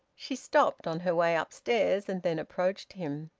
she stopped on her way upstairs, and then approached him.